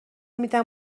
میدم